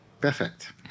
Perfect